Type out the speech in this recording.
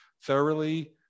thoroughly